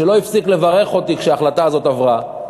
שלא הפסיק לברך אותי כשההחלטה הזאת עברה,